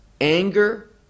anger